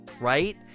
right